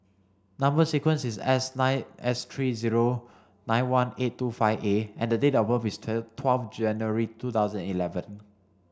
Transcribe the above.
number sequence is S nine S three zero nine one eight two five A and the date of birth is twelve January two thousand eleven